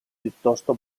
piuttosto